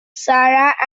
sarah